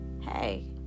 Hey